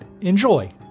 Enjoy